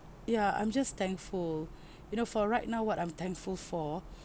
ya I'm just thankful you know for right now what I'm thankful for